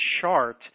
chart